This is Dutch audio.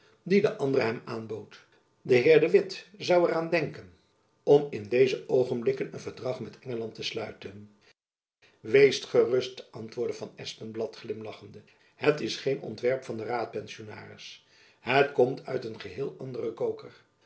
die de andere hem aanbood de heer de witt zoû er aan denken om in deze oogenblikken een verdrag met engeland te sluiten wees gerust antwoordde van espenblad glimlachende het is geen ontwerp van den raadpensionaris het komt uit een geheel anderen koker